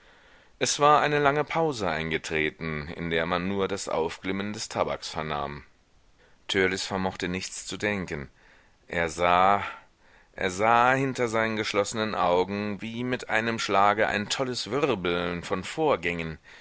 es war eine lange pause eingetreten in der man nur das aufglimmen des tabaks vernahm törleß vermochte nichts zu denken er sah er sah hinter seinen geschlossenen augen wie mit einem schlage ein tolles wirbeln von vorgängen